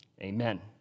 amen